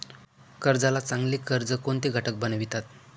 कर्जाला चांगले कर्ज कोणते घटक बनवितात?